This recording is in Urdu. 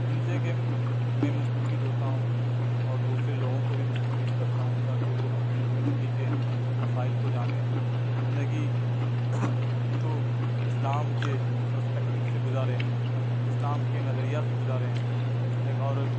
جن سے کہ میں مستفید ہوتا ہوں اور دوسرے لوگوں کو بھی مستفید کرتا ہوں تاکہ وہ اپنے زندگی کے مسائل کو جانیں زندگی کو اسلام کے پرسپیکٹو سے گزاریں اسلام کے نظریہ سے گزاریں ایک اور